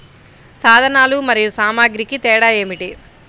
సాధనాలు మరియు సామాగ్రికి తేడా ఏమిటి?